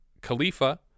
Khalifa